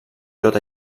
tot